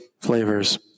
flavors